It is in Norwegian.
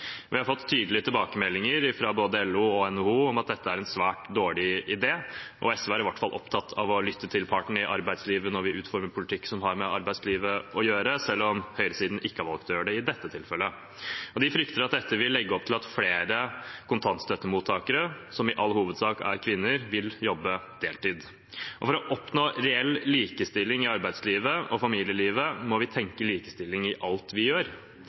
Vi har fått tydelige tilbakemeldinger fra både LO og NHO om at dette er en svært dårlig idé. De frykter at det vil legge opp til at flere kontantstøttemottakere, som i all hovedsak er kvinner, vil jobbe deltid. SV er i hvert fall opptatt av å lytte til partene i arbeidslivet når vi utformer politikk som har med arbeidslivet å gjøre, selv om høyresiden ikke har valgt å gjøre det i dette tilfellet. For å oppnå reell likestilling i arbeidslivet og familielivet må vi tenke likestilling i alt vi gjør.